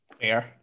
Fair